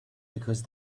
because